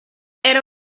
era